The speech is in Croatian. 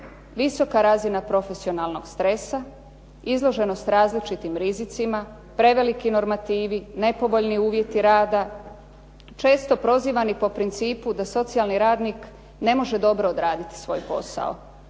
Visoka razina profesionalnog stresa, izloženost različitim rizicima, preveliki normativi, nepovoljni uvjeti rada, često prozivani po principu da socijalni radnik ne može dobro odraditi svoj posao.